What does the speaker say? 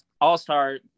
all-star